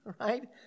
right